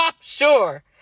Sure